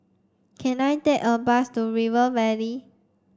can I take a bus to River Valley